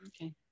Okay